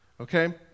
Okay